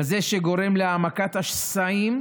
כזה שגורם להעמקת השסעים,